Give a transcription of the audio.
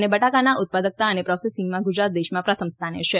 અને બટાકાના ઉત્પાદકતા અને પોસેસિંગમાં ગુજરાત દેશમાં પ્રથમ સ્થાને છે